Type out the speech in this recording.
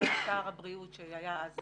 סגן שר הבריאות שהיה אז